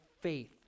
faith